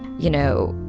you know,